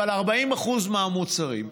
אבל 40% מהמוצרים.